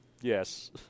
Yes